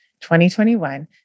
2021